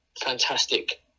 fantastic